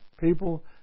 people